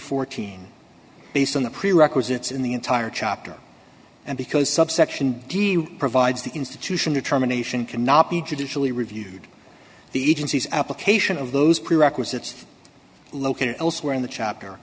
fourteen based on the prerequisites in the entire chapter and because subsection d provides the institution determination cannot be judicially reviewed the agency's application of those prerequisites located elsewhere in the chapter